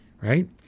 right